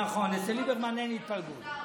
נכון, אצל ליברמן אין התפלגות.